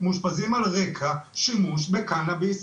מאושפזים על רקע שימוש בקנאביס,